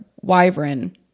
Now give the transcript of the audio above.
Wyvern